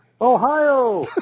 Ohio